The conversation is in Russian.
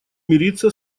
мириться